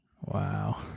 Wow